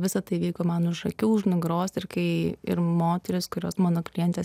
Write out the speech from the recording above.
visa tai vyko man už akių už nugaros ir kai ir moterys kurios mano klientės